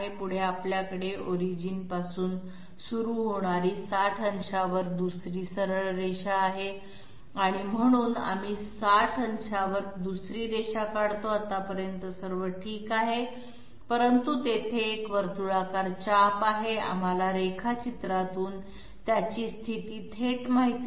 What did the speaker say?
पुढे आपल्याकडे ओरिजिन पासून सुरू होणारी 60 अंशांवर दुसरी सरळ रेषा आहे म्हणून आम्ही 60 अंशांवर दुसरी रेषा काढतो आतापर्यंत सर्व ठीक आहे परंतु तेथे एक वर्तुळाकार चाप आहे आम्हाला रेखाचित्रातून त्याची स्थिती थेट माहित नाही